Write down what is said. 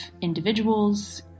individuals